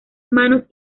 manos